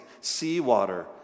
seawater